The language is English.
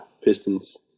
Pistons